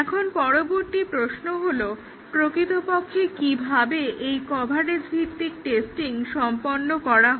এখন পরবর্তী প্রশ্ন হলো প্রকৃতপক্ষে কিভাবে এই কভারেজ ভিত্তিক টেস্টিং সম্পন্ন করা হয়